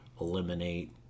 eliminate